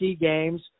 games